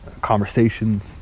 conversations